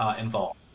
involved